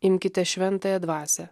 imkite šventąją dvasią